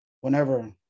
Whenever